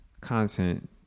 content